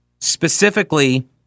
specifically